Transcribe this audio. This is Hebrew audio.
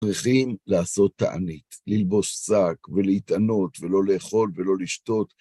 צריכים לעשות תענית, ללבוש שק ולהתענות ולא לאכול ולא לשתות.